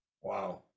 Wow